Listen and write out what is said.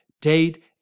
date